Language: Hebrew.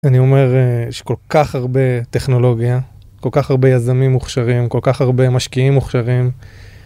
אני אומר - יש כל כך הרבה טכנולוגיה, כל כך הרבה יזמים מוכשרים, כל כך הרבה משקיעים מוכשרים.